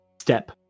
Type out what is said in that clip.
step